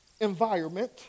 environment